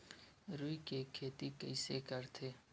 रुई के खेती कइसे करथे?